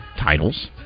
titles